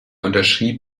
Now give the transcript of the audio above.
unterschrieb